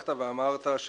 פתחת ואמרת,